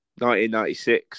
1996